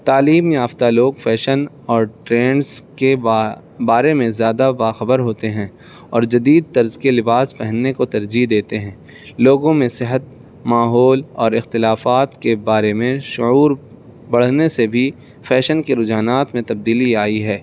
تعلیم یافتہ لوگ فیشن اور ٹرینڈس کے بارے میں زیادہ باخبر ہوتے ہیں اور جدید طرز کے لباس پہننے کو ترجیح دیتے ہیں لوگوں میں صحت ماحول اور اختلافات کے بارے میں شعور بڑھنے سے بھی فیشن کے رجحانات میں تبدیلی آئی ہے